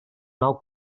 nou